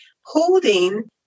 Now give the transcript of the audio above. holding